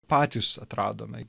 patys atradome